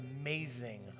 amazing